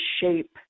shape